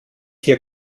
hier